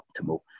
optimal